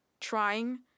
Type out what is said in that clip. trying